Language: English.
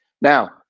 Now